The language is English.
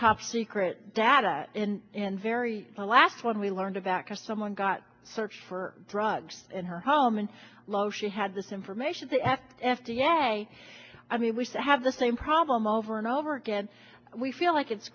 top secret data and very last one we learned about because someone got searched for drugs in her home and lo she had this information at f d a i mean we have the same problem over and over again we feel like it's